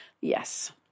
yes